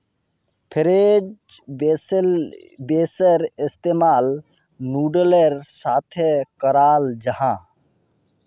French बेंसेर इस्तेमाल नूडलेर साथे कराल जाहा